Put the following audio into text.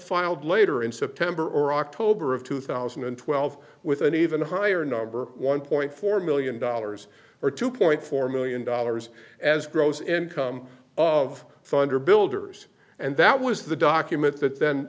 filed later in september or october of two thousand and twelve with an even higher number one point four million dollars or two point four million dollars as grows in of funder builders and that was the document th